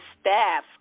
staff